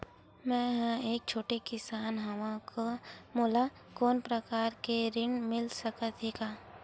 मै ह एक छोटे किसान हंव का मोला कोनो प्रकार के ऋण मिल सकत हे का?